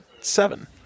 seven